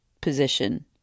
position